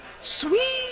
sweet